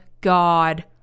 God